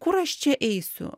kur aš čia eisiu